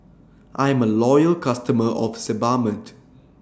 I'm A Loyal customer of Sebamed